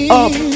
up